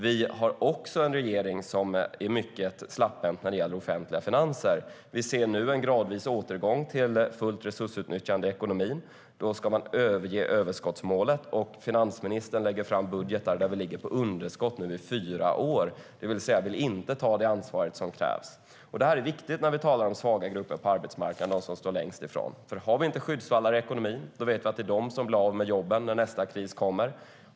Vi har också en regering som är mycket släpphänt när det gäller offentliga finanser. Vi ser nu en gradvis återgång till fullt resursutnyttjande i ekonomin. Då ska man överge överskottsmålet. Finansministern lägger fram budgetar där vi ligger på underskott i fyra år, det vill säga där vi inte tar det ansvar som krävs. Detta är viktigt när vi talar om svaga grupper på arbetsmarknaden och dem som står längst ifrån. Om vi inte har skyddsvallar i ekonomin vet vi att det är de som blir av med jobben när nästa kris kommer.